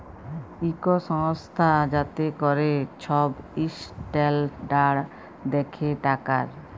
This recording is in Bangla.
ইক সংস্থা যাতে ক্যরে ছব ইসট্যালডাড় দ্যাখে টাকার